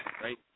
right